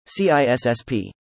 CISSP